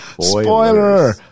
Spoiler